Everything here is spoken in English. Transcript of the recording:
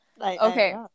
Okay